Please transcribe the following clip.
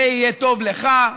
זה יהיה טוב לך,